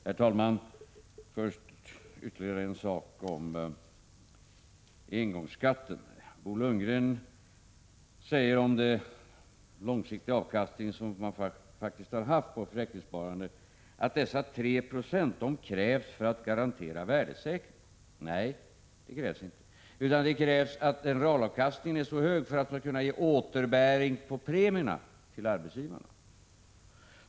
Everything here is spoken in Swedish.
Herr talman! Först ytterligare en sak om engångsskatten. Bo Lundgren sade om den långsiktiga avkastning som man faktiskt haft på försäkringssparande att 3 96 krävs för att garantera värdesäkringen. Nej, det krävs inte, utan det krävs att realavkastningen är så hög att man kan ge återbäring på premierna till arbetsgivarna.